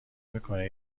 میکنه